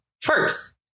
first